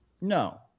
No